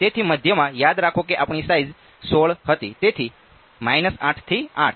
તેથી મધ્યમાં યાદ રાખો કે આપણી સાઈઝ 16 હતી તેથી 8 થી 8